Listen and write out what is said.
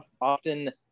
often